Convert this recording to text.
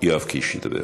יואב קיש ידבר.